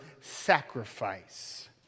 sacrifice